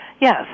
Yes